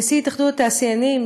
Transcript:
נשיא התאחדות התעשיינים,